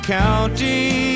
county